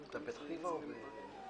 אין נמנעים,